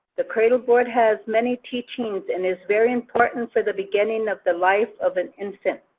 the cradleboard, has many teachings and is very important for the beginning of the life of an infant.